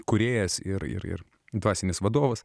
kūrėjas ir ir dvasinis vadovas